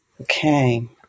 Okay